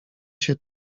się